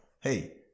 hey